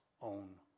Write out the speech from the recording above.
own